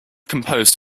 composed